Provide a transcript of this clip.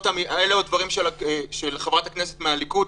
אלו היו הדברים של חברת הכנסת מהליכוד,